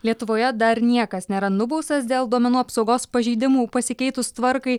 lietuvoje dar niekas nėra nubaustas dėl duomenų apsaugos pažeidimų pasikeitus tvarkai